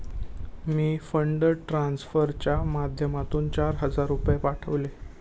मी fund ट्रान्सफरच्या माध्यमातून चार हजार रुपये पाठवले